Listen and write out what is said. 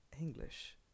English